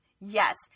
yes